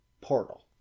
portal